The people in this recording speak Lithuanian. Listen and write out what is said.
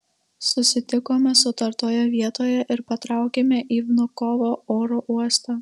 susitikome sutartoje vietoje ir patraukėme į vnukovo oro uostą